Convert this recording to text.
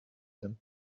them